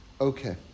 Okay